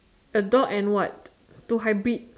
a dog and what to hybrid